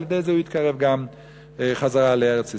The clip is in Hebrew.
על-ידי זה הוא התקרב גם חזרה לארץ-ישראל.